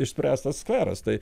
išspręstas karas tai